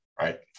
Right